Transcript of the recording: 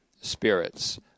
spirits